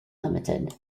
limited